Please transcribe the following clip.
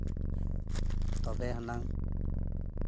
ᱛᱚᱵᱮ ᱦᱩᱱᱟᱹᱝ